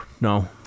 no